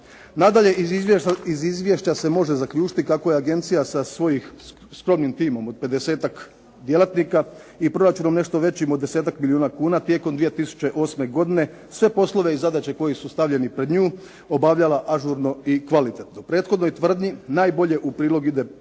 Nadalje iz izvješća se može zaključiti kako je agencija sa svojim skromnim timom od 50-ak djelatnika i proračunom nešto većim od 10-ak milijuna kuna tijekom 2008. godine sve poslove i zadaće koji su stavljeni pred nju obavljala ažurno i kvalitetno. Prethodnoj tvrdnji najbolje u prilog idu